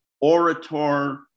orator